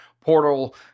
portal